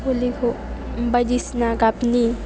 हलिखौ बायदिसिना गाबनि